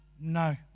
no